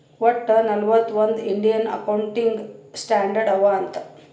ವಟ್ಟ ನಲ್ವತ್ ಒಂದ್ ಇಂಡಿಯನ್ ಅಕೌಂಟಿಂಗ್ ಸ್ಟ್ಯಾಂಡರ್ಡ್ ಅವಾ ಅಂತ್